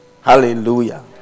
Hallelujah